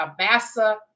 Abasa